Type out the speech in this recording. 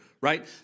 right